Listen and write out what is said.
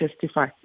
testify